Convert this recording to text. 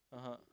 (uh huh)